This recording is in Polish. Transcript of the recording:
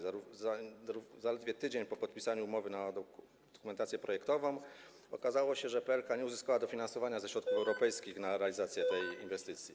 Zaledwie tydzień po podpisaniu umowy o dokumentację projektową okazało się, że PLK nie uzyskało dofinansowania ze środków europejskich na realizację tej inwestycji.